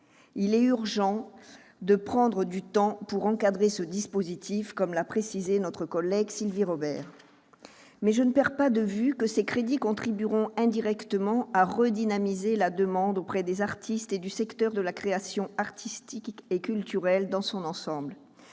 Il est donc urgent de prendre du temps pour encadrer ce dispositif, comme l'a précisé notre collègue Sylvie Robert. Je ne perds néanmoins pas de vue que ces crédits contribueront indirectement à redynamiser la demande auprès des artistes et du secteur de la création artistique et culturelle dans son ensemble.